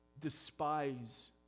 despise